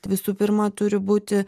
visų pirma turi būti